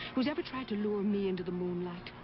who's ever tried to lure me into the moonlight?